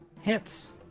Hits